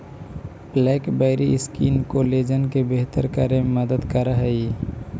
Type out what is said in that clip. blackberry skin collagen के बेहतर करे में मदद करऽ हई